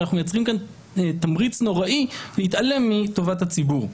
אנחנו מייצרים כאן תמריץ נוראי להתעלם מטובת הציבור.